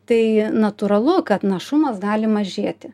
tai natūralu kad našumas gali mažėti